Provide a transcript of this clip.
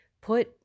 put